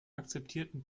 akzeptierten